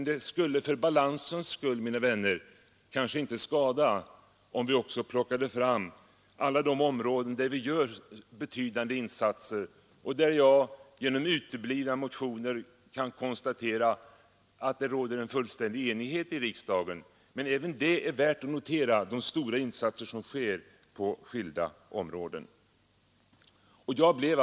Det skulle för balansens skull, mina vänner, inte skada om vi också plockade fram alla de områden där vi gör betydande insatser och där jag, genom uteblivna motioner, kan konstatera att det råder fullständig enighet i riksdagen. Men även det förhållandet att det på skilda områden görs stora insatser för idrotten är värt att notera.